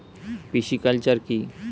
Pisciculture কি?